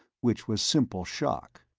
which was simple shock.